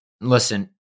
listen